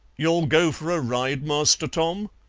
you'll go for a ride, master tom?